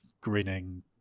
grinning